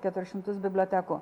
keturis šimtus bibliotekų